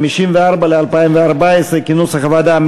סעיף 54, ל-2014, כנוסח הוועדה.